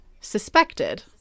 suspected